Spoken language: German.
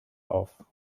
auf